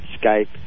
Skype